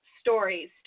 stories